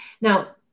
Now